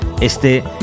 este